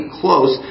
close